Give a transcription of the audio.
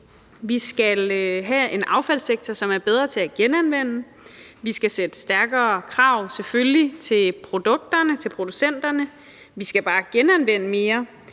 Vi skal have en affaldssektor, som er bedre til at genanvende. Vi skal stille stærkere krav, selvfølgelig, til produkterne og til producenterne. Vi skal bare genanvende mere,